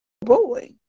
boy